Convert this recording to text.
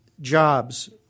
jobs